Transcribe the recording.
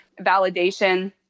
validation